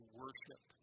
worship